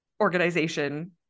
organization